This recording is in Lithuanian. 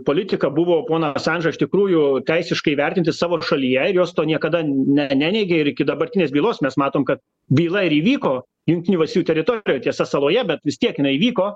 politika buvo poną asandžą iš tikrųjų teisiškai vertinti savo šalyje ir jos to niekada neneigė ir iki dabartinės bylos mes matom kad byla ir įvyko jungtinių valstijų teritorijoj tiesa saloje bet vis tiek jinai įvyko